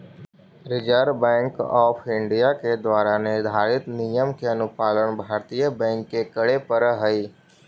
reserve bank of India के द्वारा निर्धारित नियम के अनुपालन भारतीय बैंक के करे पड़ऽ हइ